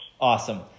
Awesome